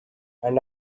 and